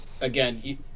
again